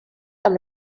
amb